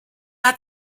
hat